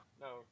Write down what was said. no